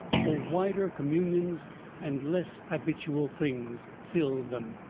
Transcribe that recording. for wider communions and less habitual things, filled them.